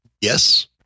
Yes